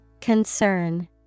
Concern